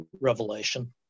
revelation